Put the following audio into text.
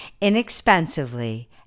inexpensively